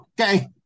Okay